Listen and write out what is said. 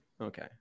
Okay